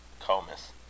Comus